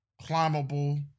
Climbable